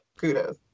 Kudos